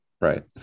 right